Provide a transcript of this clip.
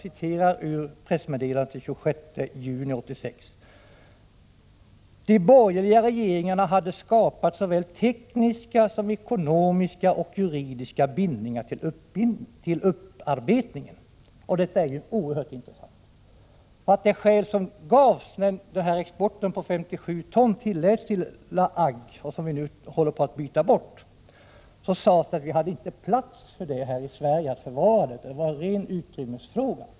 I pressmeddelandet sägs bl.a.: De borgerliga regeringarna hade skapat såväl tekniska som ekonomiska och juridiska bindningar beträffande upparbetningen. Detta är oerhört intressant. När det gäller de skäl som angavs då exporten av 57 ton tilläts till La Hague — i det sammanhanget förhandlar vi ju nu om ett utbyte — sades det att vi inte har plats här i Sverige för någon förvaring. Det var alltså en ren utrymmesfråga.